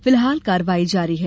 फिलहाल कार्यवाही जारी है